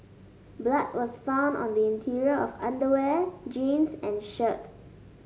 blood was found on the interior of underwear jeans and shirt